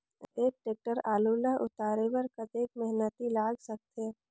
एक टेक्टर आलू ल उतारे बर कतेक मेहनती लाग सकथे?